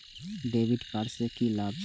डेविट कार्ड से की लाभ छै?